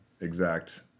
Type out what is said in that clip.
exact